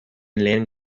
lehen